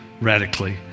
radically